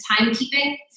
timekeeping